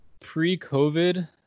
Pre-COVID